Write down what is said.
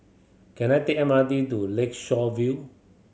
can I take the M R T to Lakeshore View